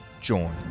join